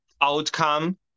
outcome